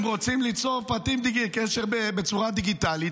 הם רוצים ליצור קשר בצורה דיגיטלית,